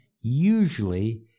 usually